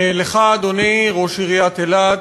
לך, אדוני, ראש עיריית אילת,